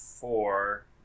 four